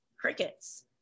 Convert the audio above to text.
Crickets